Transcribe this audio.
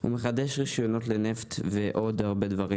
הוא מחדש רישיונות לנפט ודברים נוספים.